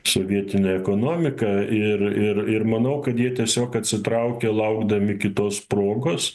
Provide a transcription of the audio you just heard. sovietinę ekonomiką ir ir ir manau kad jie tiesiog atsitraukė laukdami kitos progos